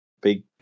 big